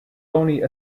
only